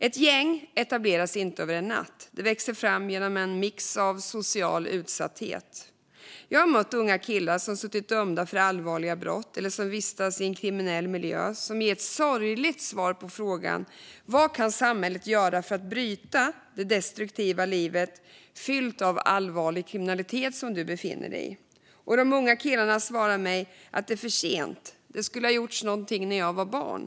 Ett gäng etablerar sig inte över en natt, utan det växer fram genom en mix av social utsatthet. Jag har mött unga killar som har suttit dömda för allvarliga brott eller som vistas i en kriminell miljö och som gett ett sorgligt svar på frågan "Vad kan samhället göra för att bryta det destruktiva liv fyllt av allvarlig kriminalitet som du befinner dig i?". De unga killarna svarar mig att det är för sent: "Det skulle ha gjorts någonting när jag var barn."